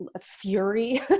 fury